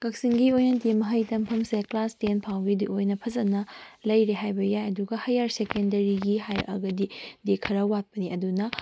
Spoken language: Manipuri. ꯀꯛꯆꯤꯡꯒꯤ ꯑꯣꯏꯅꯗꯤ ꯃꯍꯩ ꯇꯝꯐꯝꯒꯤꯁꯦ ꯀ꯭ꯂꯥꯁ ꯇꯦꯟ ꯐꯥꯎꯕꯒꯤꯗꯤ ꯑꯣꯏꯅ ꯐꯖꯅ ꯂꯩꯔꯦ ꯍꯥꯏꯕ ꯌꯥꯏ ꯑꯗꯨꯒ ꯍꯥꯏꯌꯥꯔ ꯁꯦꯀꯦꯟꯗꯔꯤꯒꯤ ꯍꯥꯏꯔꯛꯑꯒꯗꯤ ꯈꯔ ꯋꯥꯠꯄꯅꯤ ꯑꯗꯨꯅ